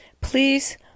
Please